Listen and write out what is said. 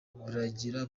buragira